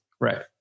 Right